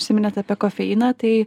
užsiminėt apie kofeiną tai